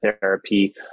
therapy